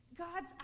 God's